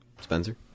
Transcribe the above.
Spencer